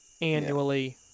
annually